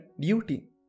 duty